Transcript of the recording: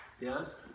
Yes